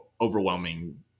overwhelming